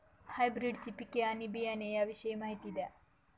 हायब्रिडची पिके आणि बियाणे याविषयी माहिती द्या